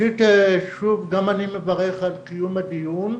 ראשית גם אני מברך על קיום הדיון.